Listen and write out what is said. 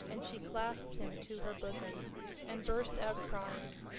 and she clasped him to her bosom and burst out crying.